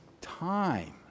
time